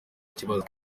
kibazo